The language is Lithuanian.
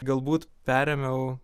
galbūt perėmiau